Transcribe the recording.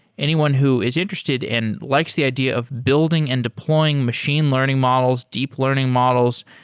anyone who is interested and likes the idea of building and deploying machine learning models, deep learning models,